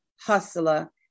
hustler